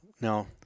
No